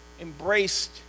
embraced